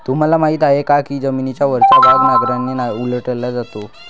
तुम्हाला माहीत आहे का की जमिनीचा वरचा भाग नांगराने उलटला जातो?